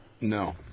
No